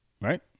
Right